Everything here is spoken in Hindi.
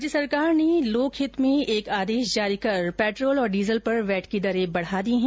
राज्य सरकार ने लोकहित में एक आदेश जारी कर पेट्रोल और डीजल पर वैट की दरे बढा दी है